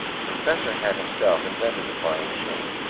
the professor had himself invented the flying machine,